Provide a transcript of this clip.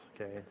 okay